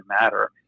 matter